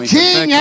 king